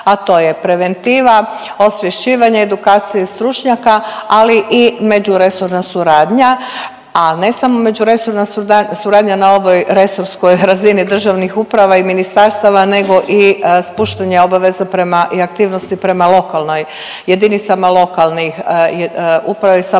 a to je preventiva, osvješćivanje edukacija i stručnjaka, ali i među resorna suradnja, a ne samo međuresorna suradnja na ovoj resorskoj razini državnih uprava i ministarstava nego i spuštanja obaveza prema, i aktivnosti prema lokalnoj, jedinicama lokalnih uprava i samouprave,